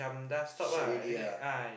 shag already ah